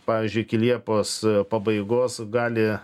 pavyzdžiui iki liepos pabaigos gali